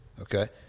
Okay